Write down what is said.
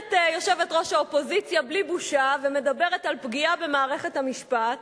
עומדת יושבת-ראש האופוזיציה בלי בושה ומדברת על פגיעה במערכת המשפט,